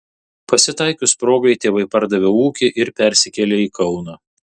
pasitaikius progai tėvai pardavė ūkį ir persikėlė į kauną